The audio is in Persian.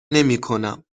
نمیکنم